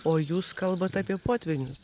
o jūs kalbat apie potvynius